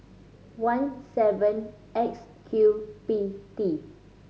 one seven X Q P T